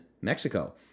Mexico